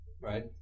right